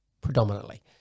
predominantly